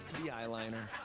the eyeliner.